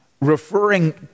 referring